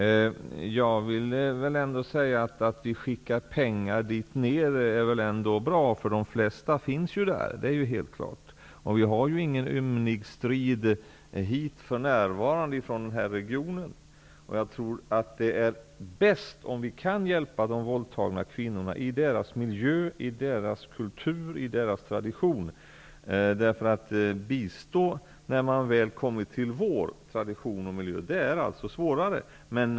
Det är nog ändå bra att skicka pengar dit ner. De flesta finns ju där. Vi har ingen ymnig ström hit för närvarande från den regionen. Jag tror att det är bäst om vi kan hjälpa de våldtagna kvinnorna i deras hemmiljö, kultur och tradition. Det är svårare att bistå dem när det väl har kommit till vår tradition och miljö.